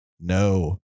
No